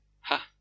Ha